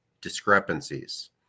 discrepancies